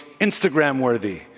Instagram-worthy